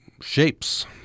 shapes